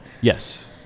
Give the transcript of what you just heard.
Yes